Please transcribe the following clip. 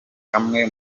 kamwe